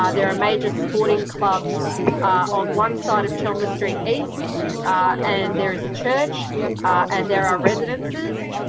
um there are major sporting clubs on one side of chelmer street east and there is a church and there are residences.